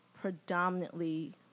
predominantly